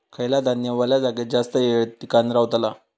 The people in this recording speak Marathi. खयला धान्य वल्या जागेत जास्त येळ टिकान रवतला?